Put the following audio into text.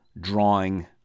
drawing